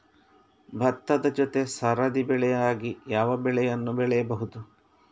ಭತ್ತದ ಜೊತೆ ಸರದಿ ಬೆಳೆಯಾಗಿ ಯಾವ ಬೆಳೆಯನ್ನು ಬೆಳೆಯಬಹುದು?